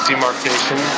demarcation